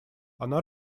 она